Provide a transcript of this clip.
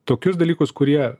tokius dalykus kurie